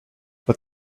but